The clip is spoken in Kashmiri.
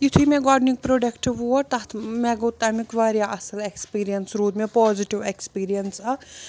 یتھُے مےٚ گۄڈنیُک پروڈَکٹ ووت تَتھ مےٚ گوٚو تمیُک واریاہ اَصل اٮ۪کٕسپیٖریَنس روٗد مےٚ پازِٹِو ایٚکٕسپیٖریَنٕس اَکھ